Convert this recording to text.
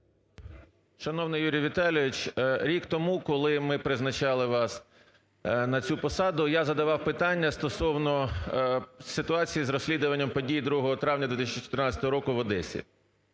Шановний Юрію Віталійовичу, рік тому, коли ми призначали вас на цю посаду, я задавав питання стосовно ситуації з розслідування подій 2 травня 2014 року в Одесі.